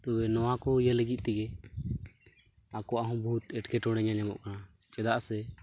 ᱛᱚᱵᱮ ᱱᱚᱣᱟᱠᱚ ᱤᱭᱟᱹ ᱞᱟᱹᱜᱤᱫ ᱛᱮᱜᱮ ᱟᱠᱚᱣᱟᱜᱦᱚᱸ ᱵᱚᱦᱩᱛ ᱮᱴᱠᱮᱴᱬᱮ ᱧᱮᱞ ᱧᱟᱢᱚᱜ ᱠᱟᱱᱟ ᱪᱮᱫᱟᱜ ᱥᱮ